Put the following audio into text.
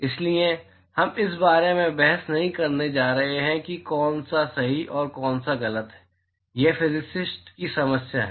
इसलिए हम इस बारे में बहस नहीं करने जा रहे हैं कि कौन सा सही है और कौन सा गलत यह फिज़ीसिस्ट की समस्या है